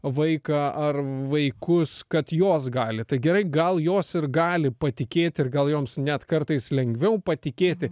vaiką ar vaikus kad jos gali tai gerai gal jos ir gali patikėti ir gal joms net kartais lengviau patikėti